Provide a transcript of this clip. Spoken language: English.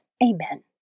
Amen